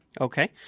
Okay